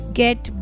get